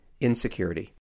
insecurity